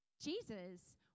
Jesus